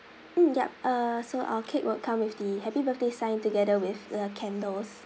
mm ya uh so our cake will come with the happy birthday sign together with the candles